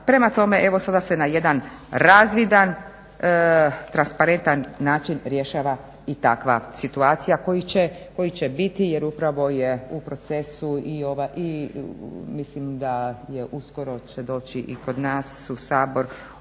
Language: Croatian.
Prema tome, evo sada se na jedan razvidan, transparentan način rješava i takva situacija koja će biti jer upravo je u procesu i ova, i mislim da je uskoro će doći i kod nas u Sabor